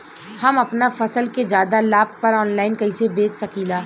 हम अपना फसल के ज्यादा लाभ पर ऑनलाइन कइसे बेच सकीला?